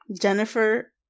Jennifer